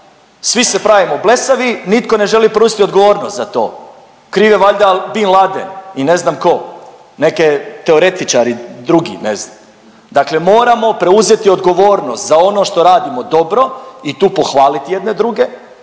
svi se pravimo blesavi i nitko ne želi preuzeti odgovornost za to, kriv je valjda Bin Laden i ne znam ko, neki teoretičari drugi ne znam, dakle moramo preuzeti odgovornost za ono što radimo dobro i tu pohvalit jedne druge,